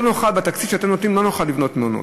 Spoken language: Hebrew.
בתקציב שאתם נותנים לא נוכל לבנות מעונות.